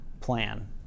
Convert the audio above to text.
plan